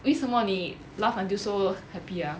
为什么你 laugh until so happy ah